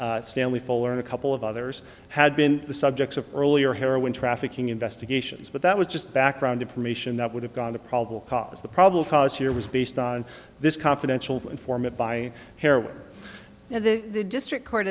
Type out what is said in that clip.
or stanley fuller and a couple of others had been the subjects of earlier heroin trafficking investigations but that was just background information that would have gone a probable cause the problem here was based on this confidential informant by harold now that the district court